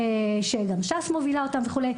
שגם ש"ס מובילה אותם וכו'.